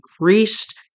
increased